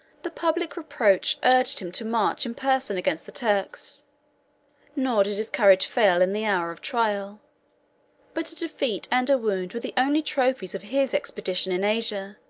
the public reproach urged him to march in person against the turks nor did his courage fail in the hour of trial but a defeat and a wound were the only trophies of his expedition in asia,